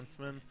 defenseman